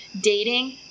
dating